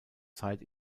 zeit